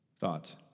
Thoughts